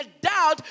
doubt